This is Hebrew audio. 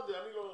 לא יודע,